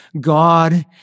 God